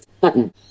Button